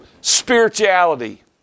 spirituality